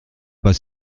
pas